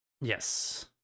Yes